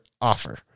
offer